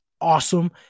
Awesome